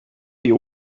you